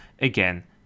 again